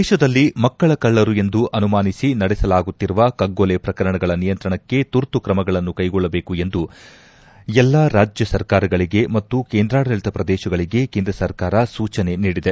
ದೇಶದಲ್ಲಿ ಮಕ್ಕಳ ಕಳ್ಳರು ಎಂದು ಅನುಮಾನಿಸಿ ನಡೆಸಲಾಗುತ್ತಿರುವ ಕಗ್ಗೊಲೆ ಪ್ರಕರಣಗಳ ನಿಯಂತ್ರಣಕ್ಕೆ ತುರ್ತು ಕ್ರಮಗಳನ್ನು ಕೈಗೊಳ್ಳಬೇಕು ಎಂದು ಎಲ್ಲಾ ರಾಜ್ಯ ಸರ್ಕಾರಗಳಿಗೆ ಮತ್ತು ಕೇಂದ್ರಾಡಳಿತ ಪ್ರದೇಶಗಳಿಗೆ ಕೇಂದ್ರ ಸರ್ಕಾರ ಸೂಚನೆ ನೀಡಿದೆ